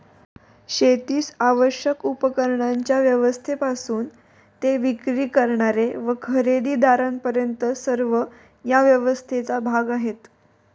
शेतीस आवश्यक उपकरणांच्या व्यवस्थेपासून ते विक्री करणारे व खरेदीदारांपर्यंत सर्व या व्यवस्थेचा भाग आहेत